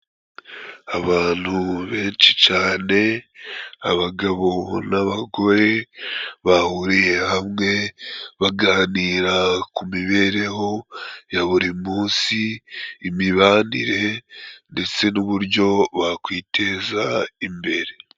Abantu benshi cane abagabo n'abagore bahuriye hamwe baganira ku mibereho ya buri munsi, imibanire ndetse n'uburyo bakwiteza imbere.